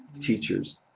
teachers